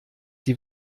die